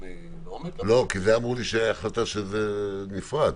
כי זאת החלטה בנפרד.